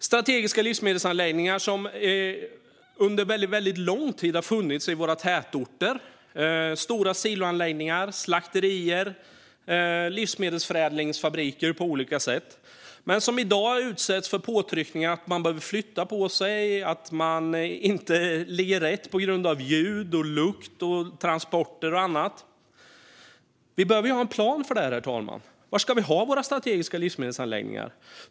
Strategiska livsmedelsanläggningar har under väldigt lång tid funnits i våra tätorter - det handlar om stora siloanläggningar, slakterier och livsmedelsförädlingsfabriker av olika slag - men de utsätts i dag för påtryckningar att flytta på sig, Man tycker att de inte ligger på rätt ställe, på grund av ljud, lukt, transporter och annat. Vi behöver ha en plan för detta, herr talman. Var ska vi ha våra strategiska livsmedelsanläggningar?